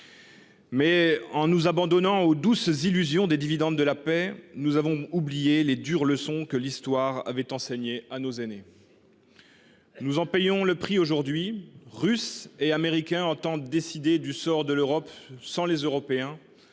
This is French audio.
en nous abandonnant aux douces illusions des dividendes de la paix, nous avons oublié les dures leçons que l’Histoire avait enseignées à nos aînés. Nous en payons le prix aujourd’hui. Russes et Américains entendent décider du sort de l’Europe sans les Européens,